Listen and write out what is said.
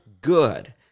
good